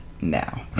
now